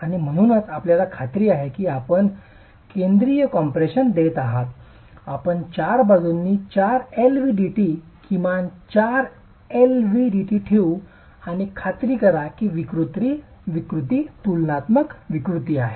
आणि म्हणूनच आपल्याला खात्री आहे की आपण केंद्रित कम्प्रेशन देत आहात आपण 4 बाजूंनी 4 एलव्हीडीटी किमान 4 एलव्हीडीटी ठेवू आणि खात्री करा की विकृती तुलनात्मक विकृती आहेत